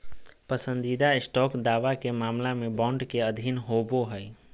पसंदीदा स्टॉक दावा के मामला में बॉन्ड के अधीन होबो हइ